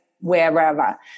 wherever